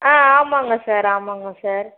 ஆ ஆமாம்ங்க சார் ஆமாம்ங்க சார்